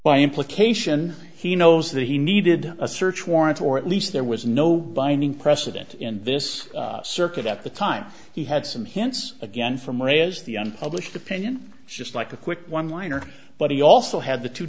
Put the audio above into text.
by implication he knows that he needed a search warrant or at least there was no binding precedent in this circuit at the time he had some hints again from maria's the unpublished opinion just like a quick one liner but he also had the two